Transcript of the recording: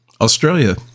Australia